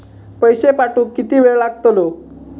पैशे पाठवुक किती वेळ लागतलो?